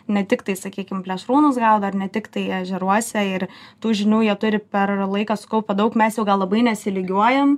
ne tiktai sakykim plėšrūnus gaudo ar ne tiktai ežeruose ir tų žinių jie turi per laiką sukaupę daug mes jau gal labai nesilygiuojam